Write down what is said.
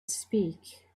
speak